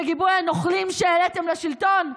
בגיבוי הנוכלים שהעליתם לשלטון.